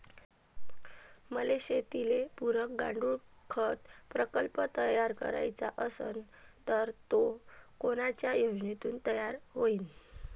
मले शेतीले पुरक गांडूळखत प्रकल्प तयार करायचा असन तर तो कोनच्या योजनेतून तयार होईन?